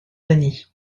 denis